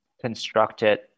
constructed